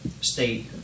State